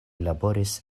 laboris